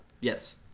yes